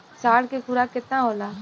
साढ़ के खुराक केतना होला?